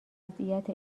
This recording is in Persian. وضعیت